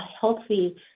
healthy